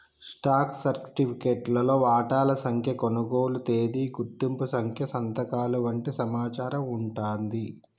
stock సర్టిఫికేట్లో వాటాల సంఖ్య, కొనుగోలు తేదీ, గుర్తింపు సంఖ్య సంతకాలు వంటి సమాచారం వుంటాంది